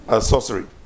sorcery